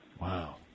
Wow